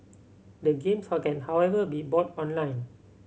the games how can however be bought online